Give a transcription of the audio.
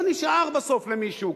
לא נשאר בסוף למישהו,